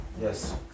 Yes